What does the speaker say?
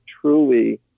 truly